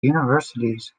universities